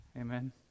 Amen